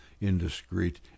indiscreet